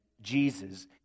Jesus